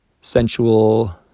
sensual